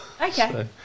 okay